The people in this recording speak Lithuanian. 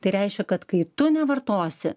tai reiškia kad kai tu nevartosi